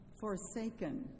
forsaken